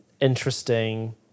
interesting